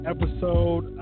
Episode